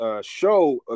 show